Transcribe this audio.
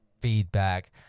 feedback